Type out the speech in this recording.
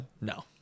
No